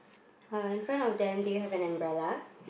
uh in front of them do you have an umbrella